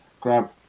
grab